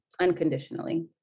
unconditionally